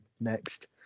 next